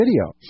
video